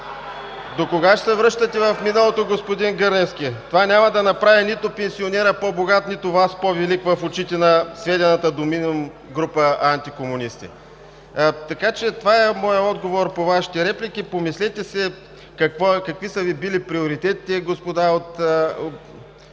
Докога ще се връщате в миналото, господин Гърневски? Това няма да направи нито пенсионера по-богат, нито Вас по-велик в очите на сведената до минимум група антикомунисти. Така че това е моят отговор по Вашите реплики. Помислете си какви са били приоритетите Ви, господа от